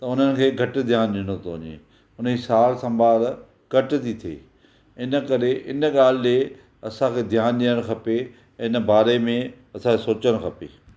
त हुननि खे घटि ध्यानु ॾिनो थो वञे हुन ई सार संभालु घटि थी थिए इन करे इन ॻाल्हि ॾिए असांखे ध्यानु ॾियणु खपे ऐं हिन बारे में असांखे सोचणु खपे